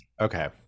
Okay